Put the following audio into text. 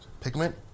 pigment